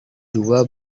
dua